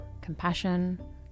compassion